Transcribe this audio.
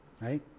Right